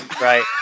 right